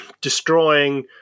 destroying